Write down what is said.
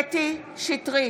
שטרית,